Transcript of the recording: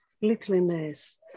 littleness